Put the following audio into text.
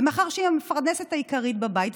ומאחר שהיא המפרנסת העיקרית בבית,